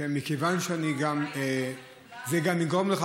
זה גם יגרום לך,